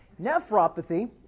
Nephropathy